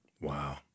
Wow